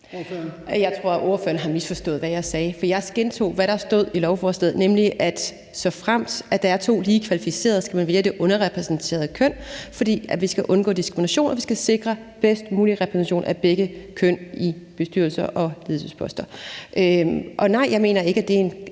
Jeg tror, ordføreren har misforstået, hvad jeg sagde. Jeg gentog, hvad der står i lovforslaget, nemlig at såfremt der er to lige kvalificerede, skal man vælge det underrepræsenterede køn, fordi vi skal undgå diskrimination, og fordi vi skal sikre bedst mulig repræsentation af begge køn i bestyrelser og ledelsesposter. Og nej, jeg mener ikke, at det er en